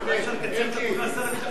אולי אפשר לקצר את התקופה של שר הביטחון.